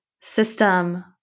system